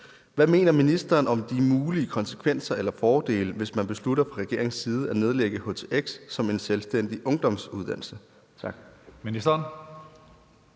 Hvad mener ministeren om de mulige konsekvenser eller fordele, hvis man beslutter fra regeringens side at nedlægge htx som en selvstændig ungdomsuddannelse?